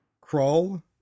Crawl